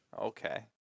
Okay